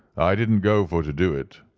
i didn't go for to do it.